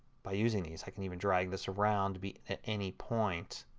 by using these. like and even drag this around to be at any point